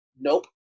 Nope